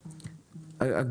משכנתאות.